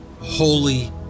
holy